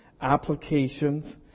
applications